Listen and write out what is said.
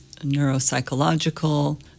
neuropsychological